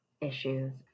issues